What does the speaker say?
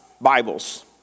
Bibles